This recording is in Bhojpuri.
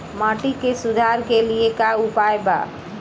माटी के सुधार के लिए का उपाय बा?